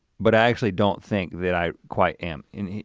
but i actually don't think that i quite am. and